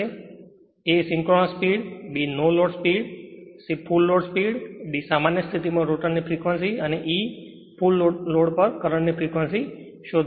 a synchronous speed b no load speed c full load speed d સામાન્ય સ્થિતિ માં rotor કરંટની frequency અને e ફુલ લોડ પર કરંટની ફ્રેક્વન્સી શોધો